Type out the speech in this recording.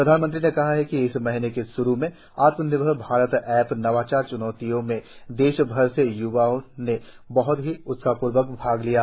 प्रधानमंत्री ने कहा कि इस महीने के श्रू में आत्मनिर्भर भारत ऐप नवाचार च्नौती में देशभर से य्वाओं ने बहूत ही उत्साहपूर्वक भाग लिया